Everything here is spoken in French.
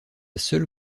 seule